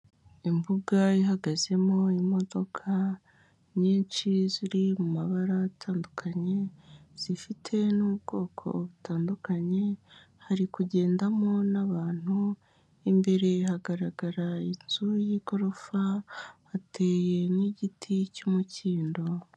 Imbaga ihagazemo imodoka nyinshi ziri mu mabara atandukanye, zifite n'ubwoko butandukanye, hari kugendamo n'abantu, imbere hagaragara inzu y'igorofa, hateye n'igiti cy'umukindo.